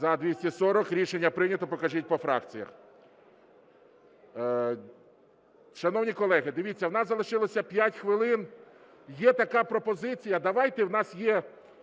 За-240 Рішення прийнято. Покажіть по фракціях. Шановні колеги, дивіться, в нас залишилося 5 хвилин. Є така пропозиція, давайте, в нас є